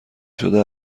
شده